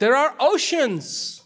there are oceans